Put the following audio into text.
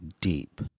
deep